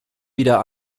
wieder